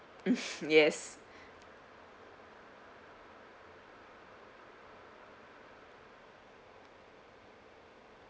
yes